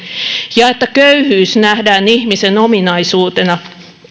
ja siitä että köyhyys nähdään ihmisen ominaisuutena